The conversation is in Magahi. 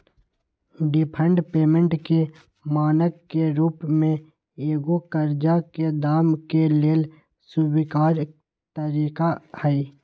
डिफर्ड पेमेंट के मानक के रूप में एगो करजा के दाम के लेल स्वीकार तरिका हइ